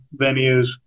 venues